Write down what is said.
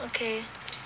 okay